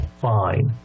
fine